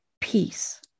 peace